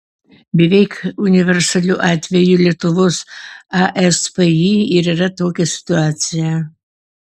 beveik universaliu atveju lietuvos aspį ir yra tokia situacija